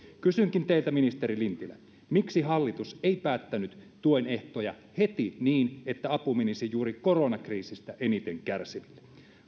kysynkin teiltä ministeri lintilä miksi hallitus ei päättänyt tuen ehtoja heti niin että apu menisi juuri koronakriisistä eniten kärsiville